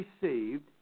received